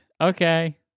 Okay